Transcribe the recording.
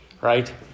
Right